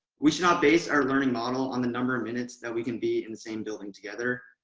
we should not base our learning model on the number of minutes that we can be in the same building together,